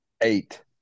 Eight